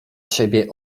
siebie